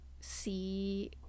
see